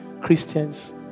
Christians